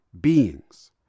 beings